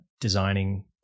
designing